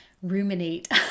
ruminate